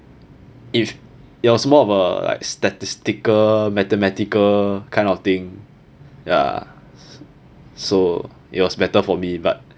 if it was more of a uh statistical mathematical kind of thing ya so it was better for me but